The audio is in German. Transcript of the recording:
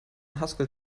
haskell